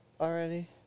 already